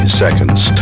seconds